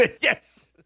Yes